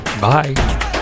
Bye